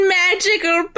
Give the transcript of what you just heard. magical